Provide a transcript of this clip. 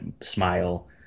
smile